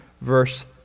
verse